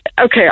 okay